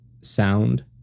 sound